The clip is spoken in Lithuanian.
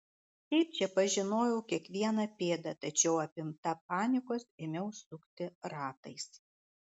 šiaip čia pažinojau kiekvieną pėdą tačiau apimta panikos ėmiau sukti ratais